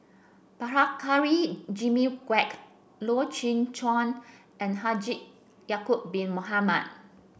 Prabhakara Jimmy Quek Loy Chye Chuan and Haji Yaacob Bin Mohamed